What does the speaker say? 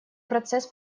процесс